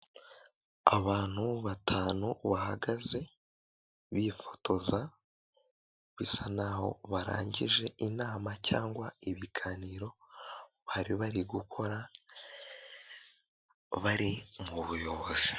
Abantu batanu bahagaze bifotoza bisa n'aho barangije inama cyangwa ibiganiro bari bari gukora bari mu buyobozi.